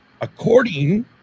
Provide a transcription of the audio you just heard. according